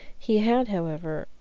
he had, however,